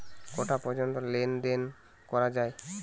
কটা পর্যন্ত লেন দেন করা য়ায়?